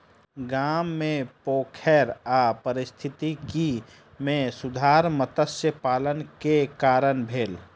गाम मे पोखैर आ पारिस्थितिकी मे सुधार मत्स्य पालन के कारण भेल